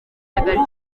agaciro